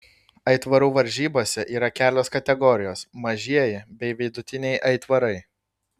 aitvarų varžybose yra kelios kategorijos mažieji bei vidutiniai aitvarai